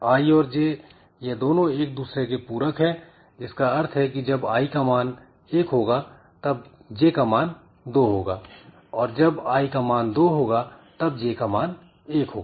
i और j यह दोनों एक दूसरे के पूरक है जिसका अर्थ है कि जब i का मान 1 होगा तब j का मान 2 होगा और जब i का मान 2 होगा तब j का मान 1 होगा